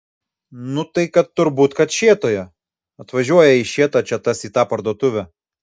nu tai kad turbūt kad šėtoje atvažiuoja į šėtą čia tas į tą parduotuvę